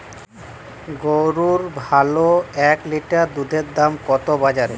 গরুর ভালো এক লিটার দুধের দাম কত বাজারে?